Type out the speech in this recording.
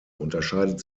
unterscheidet